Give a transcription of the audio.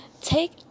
Take